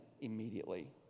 immediately